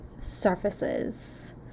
surfaces